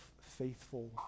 faithful